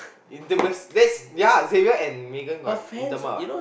intimic~ that's ya Xavier and Megan got intimate [what]